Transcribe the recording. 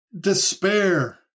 despair